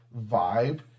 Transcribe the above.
vibe